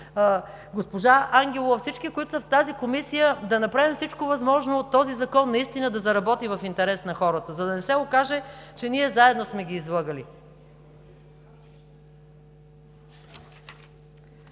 госпожа Ангелова, всички, които са в тази комисия, а да направим всичко възможно този закон наистина да заработи в интерес на хората, за да не се окаже, че ние заедно сме ги излъгали.